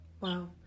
Wow